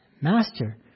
Master